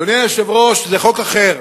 אדוני היושב-ראש, זה חוק אחר.